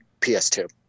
ps2